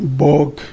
bog